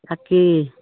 তাকে